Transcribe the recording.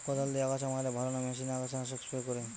কদাল দিয়ে আগাছা মারলে ভালো না মেশিনে আগাছা নাশক স্প্রে করে?